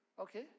Okay